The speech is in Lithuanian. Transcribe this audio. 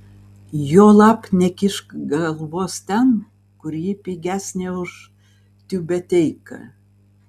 juolab nekišk galvos ten kur ji pigesnė už tiubeteiką